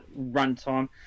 runtime